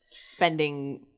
spending